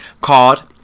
called